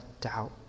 doubt